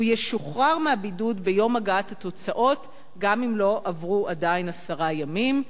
הוא ישוחרר מהבידוד ביום הגעת התוצאות גם אם לא עברו עדיין עשרה ימים.